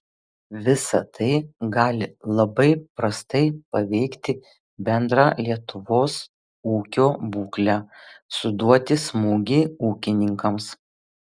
visa tai gali labai prastai paveikti bendrą lietuvos ūkio būklę suduoti smūgį ūkininkams